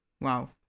wow